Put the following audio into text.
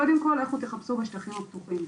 קודם כל לכו תחפשו בשטחים הפתוחים,